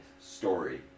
story